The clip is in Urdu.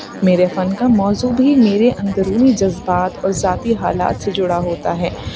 میرے فن کا موضوع بھی میرے اندرونی جذبات اور ذاتی حالات سے جڑا ہوتا ہے